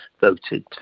voted